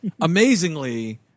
Amazingly